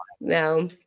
No